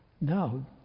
No